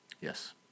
Yes